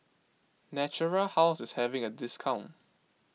Natura House is having a discount